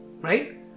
right